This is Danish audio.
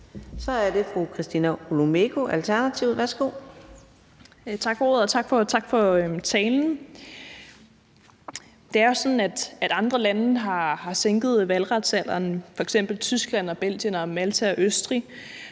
Kl. 15:23 Christina Olumeko (ALT): Tak for ordet, og tak for talen. Det er jo sådan, at andre lande har sænket valgretsalderen, f.eks. Tyskland, Belgien, Malta og Østrig.